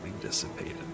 dissipated